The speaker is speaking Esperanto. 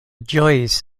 ĝojis